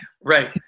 Right